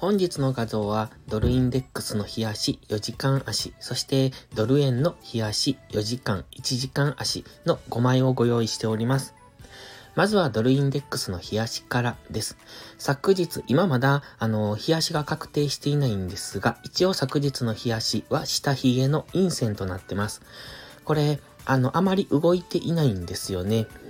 本日の画像はドルインデックスの日足四時間足、そしてドル円の日足四時間、一時間足の五枚をご用意しております。まずはドルインデックスの日足からです。昨日、今まだ、あの、日足が確定していないんですが、一応昨日の日足は下髭の陰線となってます。これ、あの、あまり動いていないんですよね。